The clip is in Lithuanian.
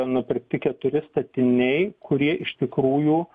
nupirkti keturi statiniai kurie iš tikrųjų